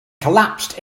collapsed